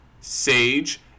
sage